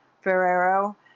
Ferrero